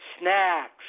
Snacks